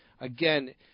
again